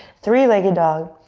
three-legged dog.